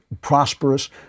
prosperous